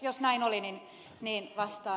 jos näin oli niin vastaan